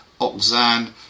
oxan